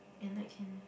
at night can